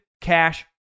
cash